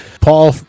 Paul